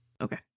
Okay